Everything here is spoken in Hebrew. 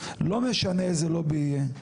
לא משנה איזה לובי יהיה,